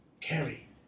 Carrie